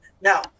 now